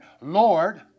Lord